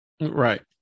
Right